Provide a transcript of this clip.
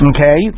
Okay